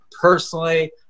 personally